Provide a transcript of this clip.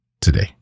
today